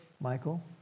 Michael